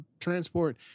transport